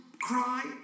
cry